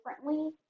differently